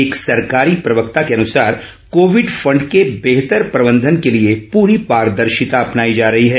एक सरकारी प्रवक्ता के अनुसार कोविड फंड के बेहतर प्रबंधन के लिए पूरी पारदर्शिता अपनाई जा रही है